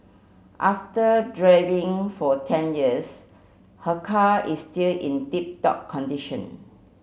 after driving for ten years her car is still in tip top condition